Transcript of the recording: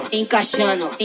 encaixando